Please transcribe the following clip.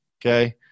Okay